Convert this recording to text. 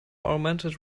augmented